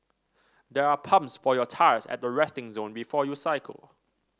there are pumps for your tyres at the resting zone before you cycle